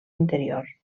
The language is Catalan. interior